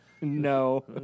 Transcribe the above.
No